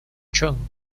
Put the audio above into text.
jung